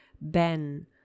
Ben